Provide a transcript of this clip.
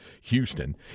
Houston